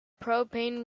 propane